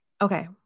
Okay